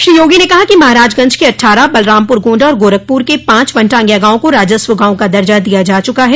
श्री योगी ने कहा कि महराजगंज के अठ्ठारह बलरामपुर गोण्डा और गोरखपुर के पाँच वनटांगिया गाँवों को राजस्व गाँवों का दर्जा दिया जा चुका है